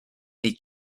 they